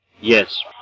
Yes